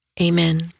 Amen